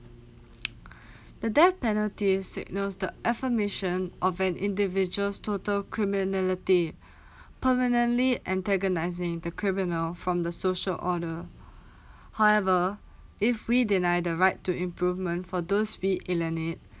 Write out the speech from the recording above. the death penalty signals the affirmation of an individual's total criminality permanently antagonising the criminal from the social order however if we deny the right to improvement for those be it learn it